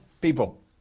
people